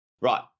Right